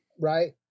right